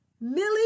Millie